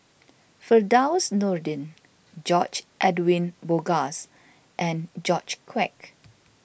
Firdaus Nordin George Edwin Bogaars and George Quek